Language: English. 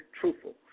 truthful